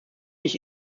mich